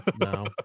no